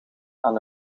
aan